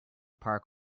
park